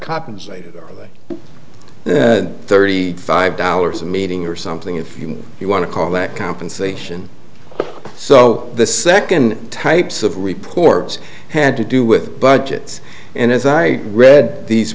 compensated thirty five dollars a meeting or something if you want to call that compensation so the second types of reports had to do with budgets and as i read these